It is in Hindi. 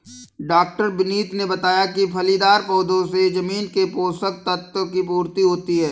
डॉ विनीत ने बताया फलीदार पौधों से जमीन के पोशक तत्व की पूर्ति होती है